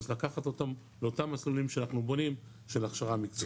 אז לקחת אותם לאותם מסלולים שאנחנו בונים של הכשרה מקצועית.